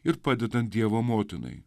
ir padedant dievo motinai